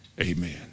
Amen